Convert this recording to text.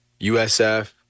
USF